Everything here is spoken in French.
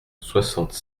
soixante